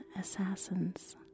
Assassins